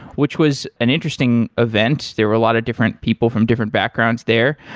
which was an interesting event. there were a lot of different people from different backgrounds there.